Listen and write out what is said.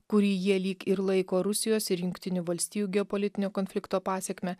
kurį jie lyg ir laiko rusijos ir jungtinių valstijų geopolitinio konflikto pasekme